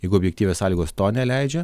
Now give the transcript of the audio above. jeigu objektyvios sąlygos to neleidžia